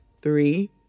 three